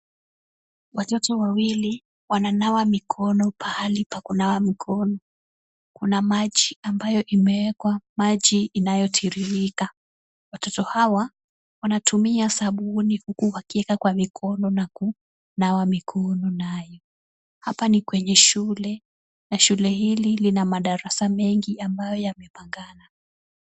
Watoto wawili wananawa mikono pahali pa kunawa mikono. Kuna maji ambayo imewekwa, maji inayotiririka. Watoto hawa wanatumia sabuni, huku wakiweka kwa mikono na kunawa mikono nayo. Hapa ni kwenye shule na shule hili lina madarasa mengi ambayo yamepangana.